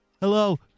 Hello